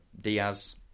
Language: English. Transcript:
Diaz